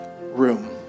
room